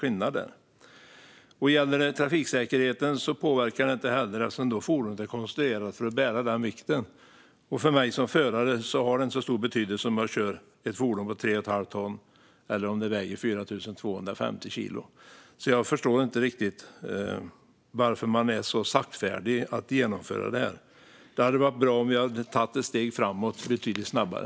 Det påverkar inte heller trafiksäkerheten eftersom fordonet är konstruerat för att bära denna vikt. Och för mig som förare har det inte så stor betydelse om jag kör ett fordon på tre och ett halvt ton eller om det väger 4 250 kilo. Jag förstår inte riktigt varför man är så saktfärdig med att genomföra detta. Det hade varit bra om vi hade tagit ett steg framåt betydligt snabbare.